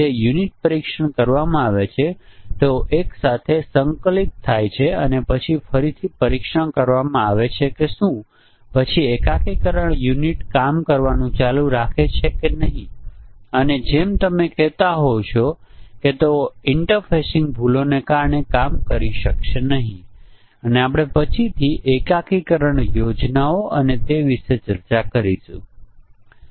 જ્યાં સુધી તમે ઇનપુટ ચેક બોક્સમાંથી બીજા બધાની ચકાસણી કર્યા વિના તમે તે પસંદ કરો તો સમસ્યા થાય છે અને જો તેને તપાસવામાં ન આવે તો તમે આ મૂલ્ય ડુપ્લેક્સ વિકલ્પ સેટ કરી શકતા નથી તો પછી અન્ય પરિમાણોના બધા સંભવિત સંયોજનો કોઈ સમસ્યા ઉભી કરશે નહીં